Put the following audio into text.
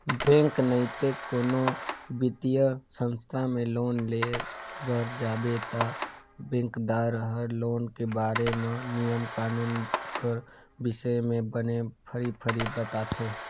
bank नइते कोनो बित्तीय संस्था में लोन लेय बर जाबे ता बेंकदार हर लोन के बारे म नियम कानून कर बिसे में बने फरी फरी बताथे